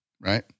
right